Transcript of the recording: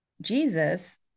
jesus